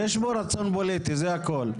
יש פה רצון פוליטי, זה הכול.